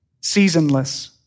seasonless